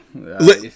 Let